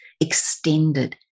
extended